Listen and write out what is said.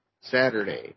Saturday